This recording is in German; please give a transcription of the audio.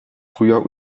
früher